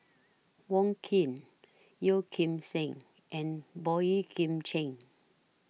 Wong Keen Yeo Kim Seng and Boey Kim Cheng